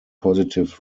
positive